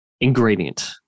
ingredient